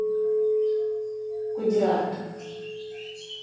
Gujarat